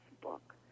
book